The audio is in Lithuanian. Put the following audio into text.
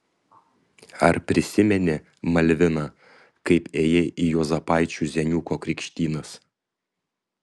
ar prisimeni malvina kaip ėjai į juozapaičių zeniuko krikštynas